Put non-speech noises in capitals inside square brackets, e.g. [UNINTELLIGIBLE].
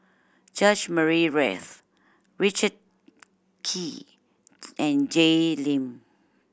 George Murray Reith Richard Kee [UNINTELLIGIBLE] and Jay Lim